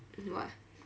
then what ah